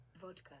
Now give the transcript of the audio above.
Vodka